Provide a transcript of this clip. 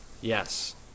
Yes